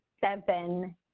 seven